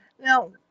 Now